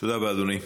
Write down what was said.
תודה רבה, אדוני.